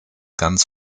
ganz